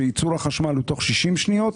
הוא שייצור החשמל הוא תוך 60 שניות,